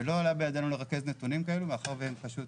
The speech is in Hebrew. ולא עלה בידינו לרכז נתונים כאלה, מאחר והם פשוט